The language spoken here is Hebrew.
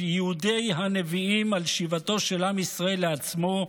ייעודי הנביאים על שיבתו של עם ישראל לעצמו,